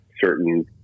certain